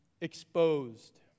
exposed